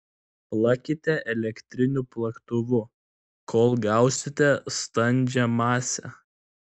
plakite elektriniu plaktuvu kol gausite standžią masę